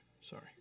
Sorry